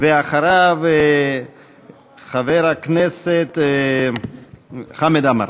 אחריו חבר הכנסת חמד עמאר.